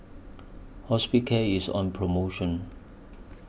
Hospicare IS on promotion